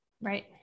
Right